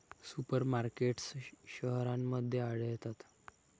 super markets शहरांमध्ये आढळतात